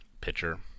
pitcher